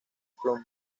plomo